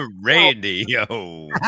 radio